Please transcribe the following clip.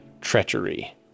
treachery